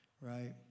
Right